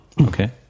Okay